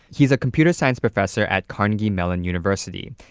he's a computer science professor at carnegie mellon university.